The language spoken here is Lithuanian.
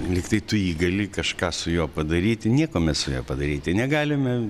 lyg tai tu jį gali kažką su juo padaryti nieko mes su juo padaryti negalime